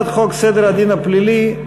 אני קובע כי הצעת חוק שירות ביטחון (הוראת שעה)